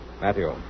Matthew